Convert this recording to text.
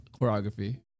choreography